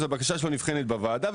הבקשה שלו נבחנת בוועדה,